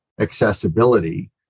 accessibility